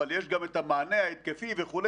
אבל יש גם את המענה ההתקפי וכו'.